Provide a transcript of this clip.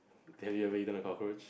have you ever eaten the cockroach